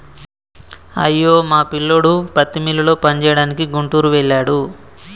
అయ్యో మా పిల్లోడు పత్తి మిల్లులో పనిచేయడానికి గుంటూరు వెళ్ళాడు